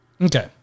Okay